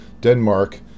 Denmark